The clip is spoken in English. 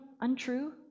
untrue